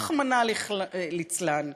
רחמנא ליצלן,